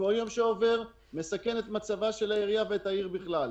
כל יום שעובר מסכן את מצבה של העירייה ואת העיר בכלל.